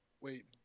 Wait